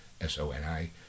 S-O-N-I